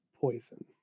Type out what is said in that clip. poison